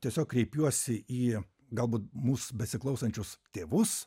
tiesiog kreipiuosi į galbūt mus besiklausančius tėvus